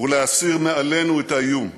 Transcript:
ולהסיר מעלינו את האיום.